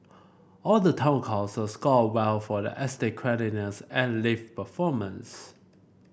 all the town councils scored well for the estate and lift performance